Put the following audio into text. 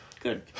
good